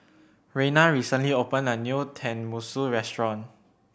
Reina recently opened a new Tenmusu Restaurant